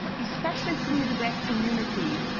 especially through the deaf community,